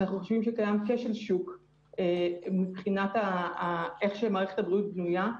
אנחנו חושבים שקיים כשל שוק בצורה שמערכת הבריאות בנויה.